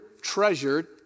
treasured